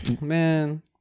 man